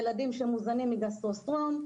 ילדים שמוזנים מגסטרוסטרום,